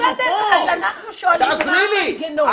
בסדר, אז אנחנו שואלים מה המנגנון.